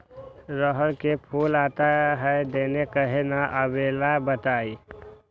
रहर मे फूल आता हैं दने काहे न आबेले बताई?